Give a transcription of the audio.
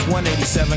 187